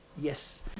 Yes